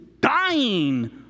dying